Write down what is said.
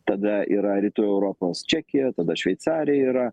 tada yra rytų europos čekija tada šveicarija yra